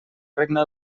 regna